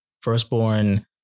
firstborn